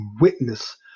witness